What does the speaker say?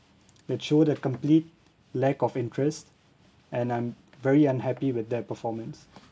that show the complete lack of interest and I'm very unhappy with their performance